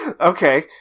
Okay